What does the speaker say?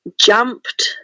Jumped